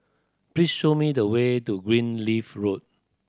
please show me the way to Greenleaf Road